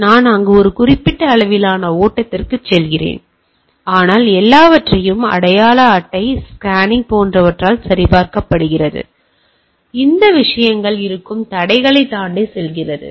எனவே நான் அங்கு ஒரு குறிப்பிட்ட அளவிலான ஓட்டத்திற்குச் செல்கிறேன் ஆனால் எல்லாவற்றையும் அடையாள அட்டை ஸ்கேனிங் போன்றவற்றால் சரிபார்க்கப்படுகிறது இது விஷயங்கள் இருக்கும் தடைகளைத் தாண்டி செல்கிறது